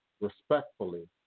respectfully